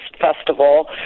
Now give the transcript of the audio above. festival